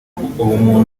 ubumuntu